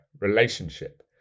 relationship